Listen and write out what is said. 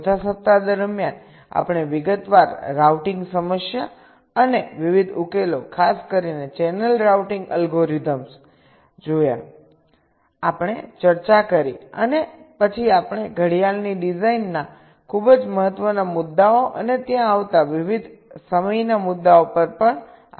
ચોથા સપ્તાહ દરમિયાન આપણે વિગતવાર રાઉટિંગ સમસ્યા અને વિવિધ ઉકેલો ખાસ કરીને ચેનલ રાઉટિંગ અલ્ગોરિધમ્સ જોયા આપણે ચર્ચા કરી અને પછી આપણે ઘડિયાળની ડિઝાઇનના ખૂબ જ મહત્વના મુદ્દાઓ અને ત્યાં આવતા વિવિધ સમયના મુદ્દાઓ પર આપણી ચર્ચા શરૂ કરી